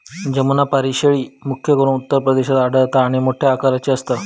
जमुनापारी शेळी, मुख्य करून उत्तर प्रदेशात आढळता आणि मोठ्या आकाराची असता